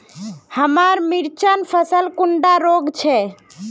हमार मिर्चन फसल कुंडा रोग छै?